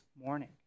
morning